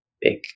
big